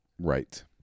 Right